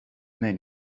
many